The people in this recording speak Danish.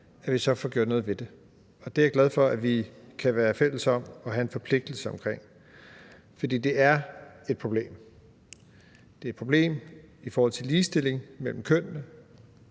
så får gjort noget ved det. Det er jeg glad for vi kan være fælles om at have en forpligtelse til. For det er et problem. Det er et problem i forhold til ligestilling mellem kønnene.